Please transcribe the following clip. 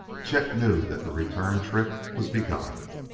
chet knew that the return trip was begun.